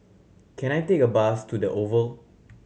can I take a bus to The Oval